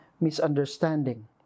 misunderstanding